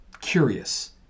curious